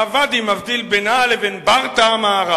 והוואדי מבדיל בינה לבין ברטעה-מערב.